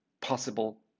possible